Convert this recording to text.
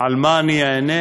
על מה אני אענה?